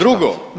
Drugo